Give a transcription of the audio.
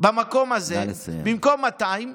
במקום הזה במקום 200?